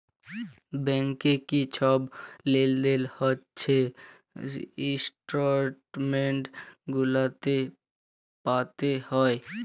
ব্যাংকে কি ছব লেলদেল হছে ইস্ট্যাটমেল্ট গুলাতে পাতে হ্যয়